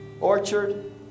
Orchard